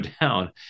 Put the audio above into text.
down